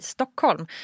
Stockholm